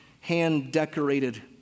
hand-decorated